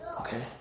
okay